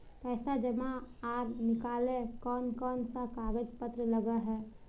पैसा जमा आर निकाले ला कोन कोन सा कागज पत्र लगे है?